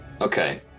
Okay